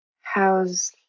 How's